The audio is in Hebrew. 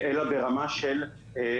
זה צריך להיות ברמה של מאסרים,